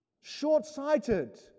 short-sighted